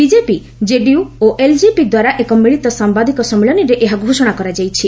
BJP JDU ଓ ଏଲ୍କେପିଦ୍ୱାରା ଏକ ମିଳିତ ସାମ୍ବାଦିକ ସମ୍ମିଳନୀରେ ଏହା ଘୋଷଣା କରାଯାଇଛି